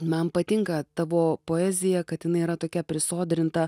man patinka tavo poezija kad inai yra tokia prisodrinta